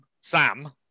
Sam